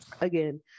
again